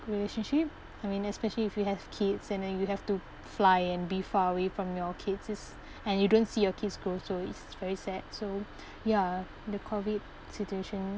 relationship I mean especially if you have kids and then you have to fly and be far away from your kids is and you don't see your kids grow also so it's very sad so ya the COVID situation